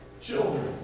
children